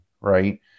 Right